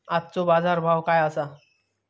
आजचो बाजार भाव काय आसा?